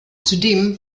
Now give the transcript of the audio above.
zudem